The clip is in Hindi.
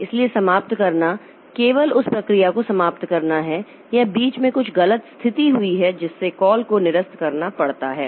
इसलिए समाप्त करना केवल उस प्रक्रिया को समाप्त करना है या बीच में कुछ गलत स्थिति हुई है जिससे कॉल को निरस्त करना पड़ता है